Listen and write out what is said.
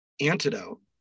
antidote